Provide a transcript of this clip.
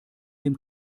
dem